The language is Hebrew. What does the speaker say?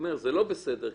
זה לא בסדר,